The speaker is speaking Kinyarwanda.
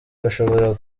bashobora